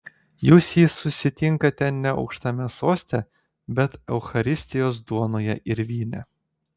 jūs jį susitinkate ne aukštame soste bet eucharistijos duonoje ir vyne